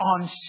on